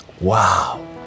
Wow